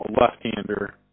left-hander